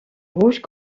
rouge